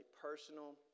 personal